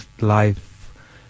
life